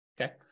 okay